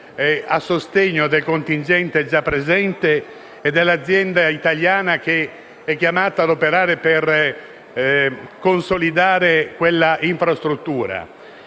a sostegno del contingente già presente e dell'azienda italiana che è chiamata a operare per consolidare quella infrastruttura.